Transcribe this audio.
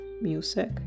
music